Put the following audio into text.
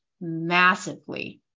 massively